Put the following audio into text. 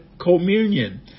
communion